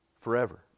Forever